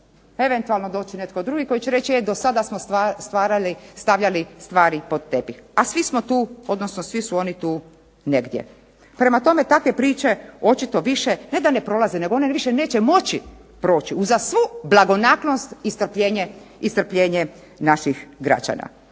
eventualno doći netko drugi koji će reći e do sada smo stavljali stvari pod tepih a svi smo tu odnosno svi su oni tu negdje. Prema tome, takve priče očito više ne da ne prolaze nego one više neće moći proći uza svu blagonaklonost i strpljenje naših građana.